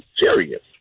serious